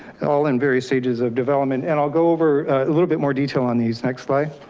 all in various stages of development. and i'll go over a little bit more detail on these. next slide.